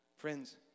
Friends